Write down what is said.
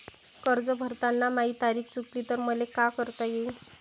कर्ज भरताना माही तारीख चुकली तर मले का करता येईन?